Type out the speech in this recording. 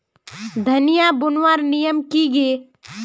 धनिया बूनवार नियम की गे?